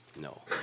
No